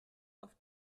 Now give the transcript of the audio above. auf